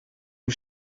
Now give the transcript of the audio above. nhw